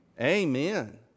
Amen